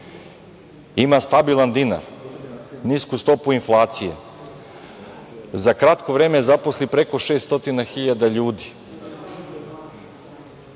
ima stabilan dinar, nisku stopu inflacije, za kratko vreme zaposli preko 600.000 ljudi,